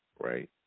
right